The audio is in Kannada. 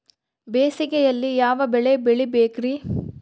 ಬೇಸಿಗೆಯಲ್ಲಿ ಯಾವ ಬೆಳೆ ಬೆಳಿಬೇಕ್ರಿ?